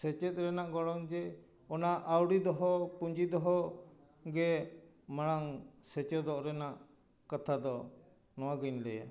ᱥᱮᱪᱮᱫ ᱨᱮᱱᱟᱜ ᱜᱚᱱᱚᱝ ᱡᱮ ᱚᱱᱟ ᱟᱹᱣᱲᱤ ᱫᱚᱦᱚ ᱯᱩᱸᱡᱤ ᱫᱚᱦᱚ ᱜᱮ ᱢᱟᱲᱟᱝ ᱥᱮᱪᱮᱫᱚᱜ ᱨᱮᱱᱟᱜ ᱠᱟᱛᱷᱟ ᱫᱚ ᱱᱚᱣᱟ ᱜᱮᱧ ᱞᱟᱹᱭᱟ